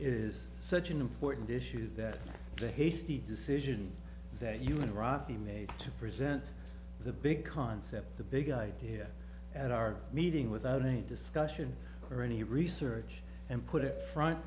is such an important issue that the hasty decision that you and rob be made to present the big concept the big idea at our meeting without any discussion or any research and put it front